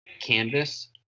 canvas